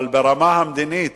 אבל ברמה המדינית